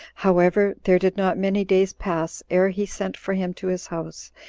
however, there did not many days pass ere he sent for him to his house,